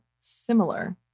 similar